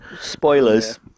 spoilers